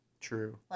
True